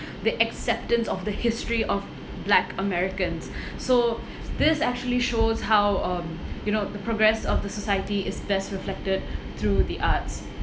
the acceptance of the history of black americans so this actually shows how um you know the progress of the society is best reflected through the arts